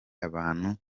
abantu